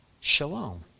Shalom